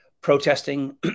protesting